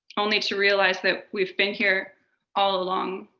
only to realize that we've been here all along.